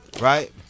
right